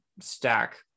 stack